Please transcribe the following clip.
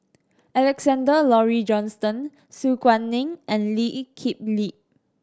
Alexander Laurie Johnston Su Guaning and Lee Kip Lee